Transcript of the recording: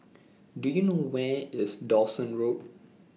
Do YOU know Where IS Dawson Road